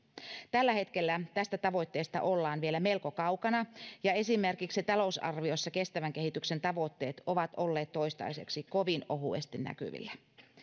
tällä hetkellä tästä tavoitteesta ollaan vielä melko kaukana ja esimerkiksi talousarviossa kestävän kehityksen tavoitteet ovat olleet toistaiseksi kovin ohuesti näkyvillä